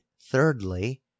thirdly